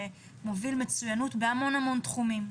שמוביל מצוינות בהמון תחומים,